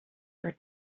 your